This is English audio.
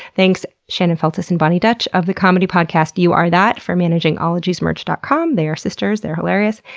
thanks shannon feltus and boni dutch of the comedy podcast you are that for managing ologiesmerch dot com, they are sisters they are hilarious.